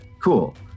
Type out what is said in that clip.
Cool